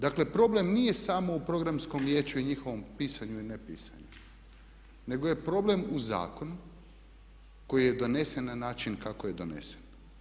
Dakle, problem nije samo u Programskom vijeću i njihovom pisanju i nepisanju, nego je problem u zakonu koji je donesen na način kako je donesen.